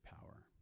power